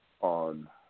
on